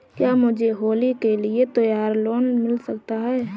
क्या मुझे होली के लिए त्यौहार लोंन मिल सकता है?